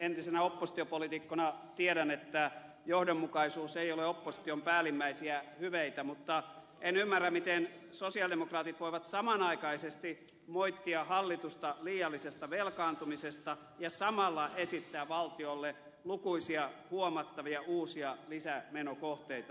entisenä oppositiopoliitikkona tiedän että johdonmukaisuus ei ole opposition päällimmäisiä hyveitä mutta en ymmärrä miten sosialidemokraatit voivat samanaikaisesti moittia hallitusta liiallisesta velkaantumisesta ja samalla esittää valtiolle lukuisia huomattavia uusia lisämenokohteita